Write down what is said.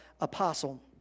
apostle